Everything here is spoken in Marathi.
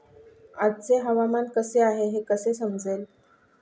आजचे हवामान कसे आहे हे कसे समजेल?